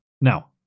Now